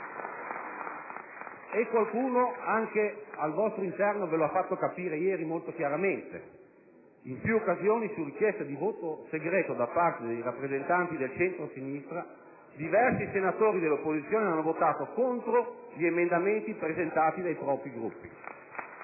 E qualcuno, anche al vostro interno, ve lo ha fatto capire ieri molto chiaramente: in più occasioni, su richiesta di voto segreto da parte dei rappresentanti del centrosinistra, diversi senatori dell'opposizione hanno votato contro gli emendamenti presentati dai propri Gruppi.